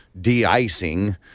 de-icing